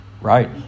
Right